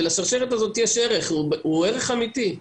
ולשרשרת הזאת יש ערך, והוא ערך אמיתי.